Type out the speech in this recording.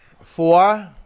Four